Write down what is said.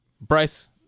Bryce